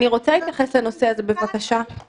אני רוצה להתייחס לנושא הזה בבקשה.